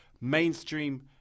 mainstream